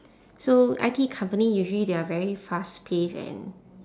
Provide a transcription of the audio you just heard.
so I_T company usually they are very fast-paced and